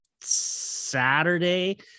Saturday